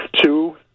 Two